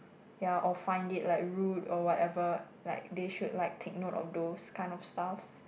ya or find it like rude or whatever like they should like take note of those kind of stuffs